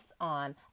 on